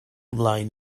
mlaen